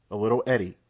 a little eddy,